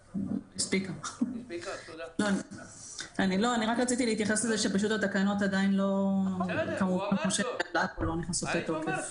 רק רציתי להתייחס לזה שהתקנות עדיין לא נכנסות לתוקף.